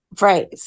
Right